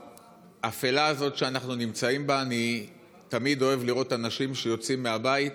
ובאפלה הזאת שאנחנו נמצאים בה אני תמיד אוהב לראות אנשים שיוצאים מהבית